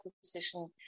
position